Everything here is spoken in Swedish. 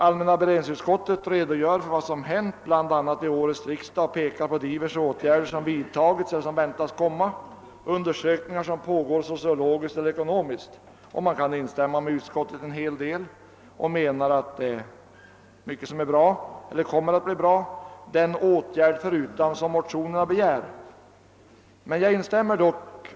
Allmänna beredningsutskottet redogör för vad som hänt bl.a. vid årets riksdag och fäster uppmärksamheten på diverse åtgärder som vidtagits eller väntas och på sociologiska eller ekonomiska undersökningar som pågår. Jag kan instämma i en hel del av det utskottet säger. Man menar att det är mycket bra som är bra eller kommer att bli bra den åtgärd förutan som begärs i motionerna.